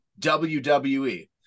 wwe